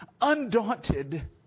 undaunted